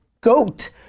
goat